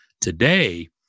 Today